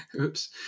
Oops